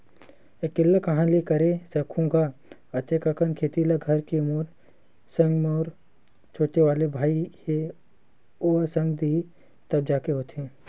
अकेल्ला काँहा ले करे सकहूं गा अते कन खेती ल घर के मोर संग मोर छोटे वाले भाई हे ओहा संग देथे तब जाके होथे